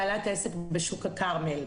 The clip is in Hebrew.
בעלת עסק בשוק הכרמל.